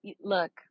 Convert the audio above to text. look